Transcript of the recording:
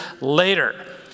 later